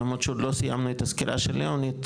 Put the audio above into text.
למרות שעוד לא סיימנו את הסקירה של לאוניד,